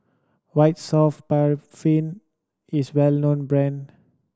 White Soft Paraffin is well known brand